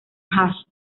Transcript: hash